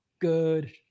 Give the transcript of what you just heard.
good